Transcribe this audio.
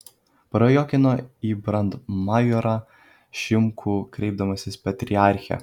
prajuokino į brandmajorą šimkų kreipdamasis patriarche